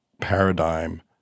paradigm